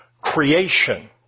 creation